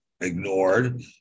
ignored